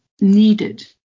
needed